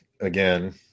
again